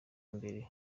mbere